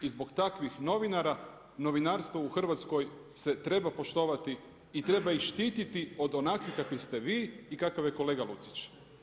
I zbog takvih novinara, novinarstvo u Hrvatskoj se treba poštovati i treba ih štiti od onakvih kakvi ste vi i kakav je kolega Lucić.